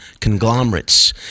conglomerates